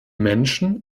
menschen